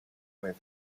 red